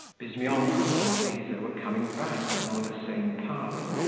bizmyonkov and liza were coming back along the same path.